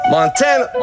Montana